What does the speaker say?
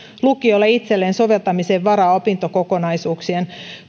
lukiolle itselleen soveltamisen varaa opintokokonaisuuksien